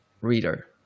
reader